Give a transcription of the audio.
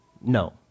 no